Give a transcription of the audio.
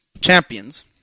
champions